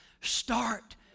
Start